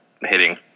hitting